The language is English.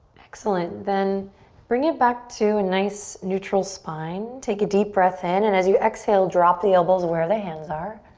excellent, then bring it back to a nice neutral spine. take a deep breath in and as you exhale, drop the elbows where the hands are.